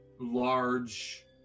large